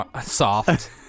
soft